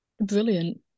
brilliant